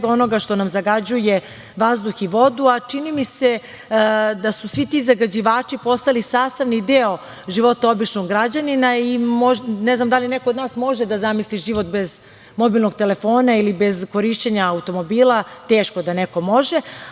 onoga što nam zagađuje vazduh i vodu. Čini mi se da su svi ti zagađivači postali sastavni deo života običnog građanina i ne znam da li neko od nas može da zamisli život bez mobilnog telefona ili bez korišćenja automobila, teško da neko može,